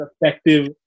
effective